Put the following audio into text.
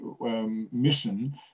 mission